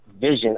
vision